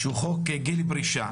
חוק גיל פרישה